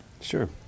sure